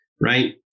right